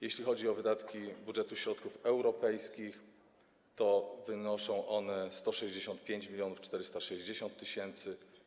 Jeśli chodzi o wydatki budżetu środków europejskich, to wynoszą one 165 460 tys.